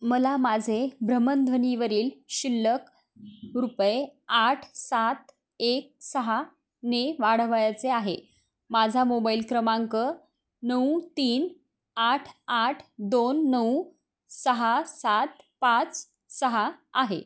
मला माझे भ्रमणध्वनीवरील शिल्लक रुपये आठ सात एक सहाने वाढवायचे आहे माझा मोबाइल क्रमांक नऊ तीन आठ आठ दोन नऊ सहा सात पाच सहा आहे